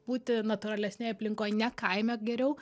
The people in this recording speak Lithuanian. būti natūralesnėj aplinkoj ne kaime geriau